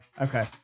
Okay